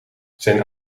zijn